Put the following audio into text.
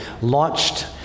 launched